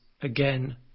again